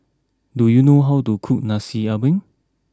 do you know how to cook Nasi Ambeng